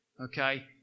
Okay